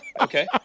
Okay